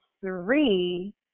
three